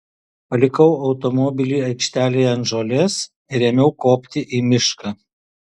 palikau automobilį aikštelėje ant žolės ir ėmiau kopti į mišką